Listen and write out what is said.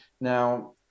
now